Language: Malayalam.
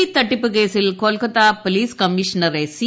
ചിട്ടിതട്ടിപ്പ് കേസിൽ കൊൽക്കത്ത പൊലീസ് കമ്മിഷണറെ ന് സി